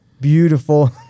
beautiful